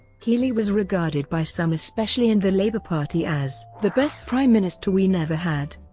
healey was regarded by some especially in the labour party as the best prime minister we never had.